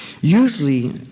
Usually